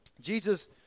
Jesus